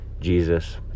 Jesus